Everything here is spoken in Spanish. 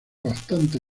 bastante